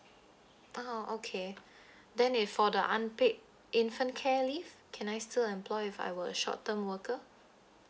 ah okay then if for the unpaid infant care leave can I still employ if I were short term worker